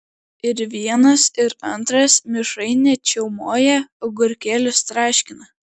ir vienas ir antras mišrainę čiaumoja agurkėlius traškina